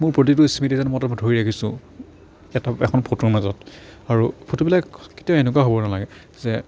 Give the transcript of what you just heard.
মোৰ প্ৰতিটো স্মৃতি যেন মই ধৰি ৰাখিছোঁ এটা এখন ফটোৰ মাজত আৰু ফটোবিলাক কেতিয়াও এনেকুৱা হ'ব নালাগে যে